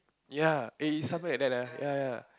ya eh it's somewhere that a ya ya